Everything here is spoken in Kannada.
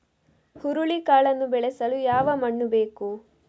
ಹುರುಳಿಕಾಳನ್ನು ಬೆಳೆಸಲು ಯಾವ ಮಣ್ಣು ಬೇಕು?